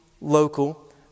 local